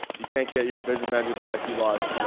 you can't get your business manager back. you lost, you know,